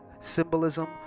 symbolism